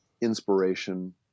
inspiration